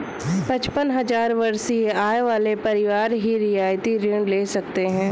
पचपन हजार वार्षिक आय वाले परिवार ही रियायती ऋण ले सकते हैं